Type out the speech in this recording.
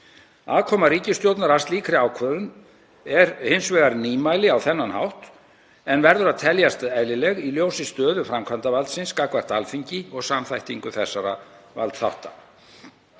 Aðkoma ríkisstjórnar að slíkri ákvörðun er hins vegar nýmæli á þennan hátt en verður að teljast eðlileg í ljósi stöðu framkvæmdarvaldsins gagnvart Alþingi og samþættingu þessara valdþátta.